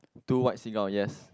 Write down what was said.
two white seagull yes